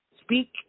speak